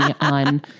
on